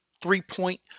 three-point